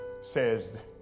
Says